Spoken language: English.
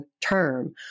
term